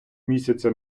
місяця